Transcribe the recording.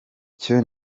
cyo